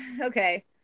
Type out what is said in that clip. okay